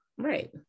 right